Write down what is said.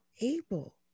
able